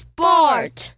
Sport